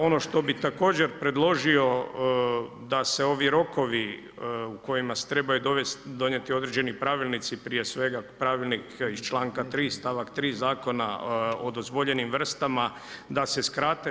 Ono što bih također predložio da se ovi rokovi u kojima se trebaju donijeti određeni pravilnici, prije svega pravilnik iz članka 3. stavak 3. Zakona o dozvoljenim vrstama da se skrate.